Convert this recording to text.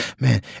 man